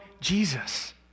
Jesus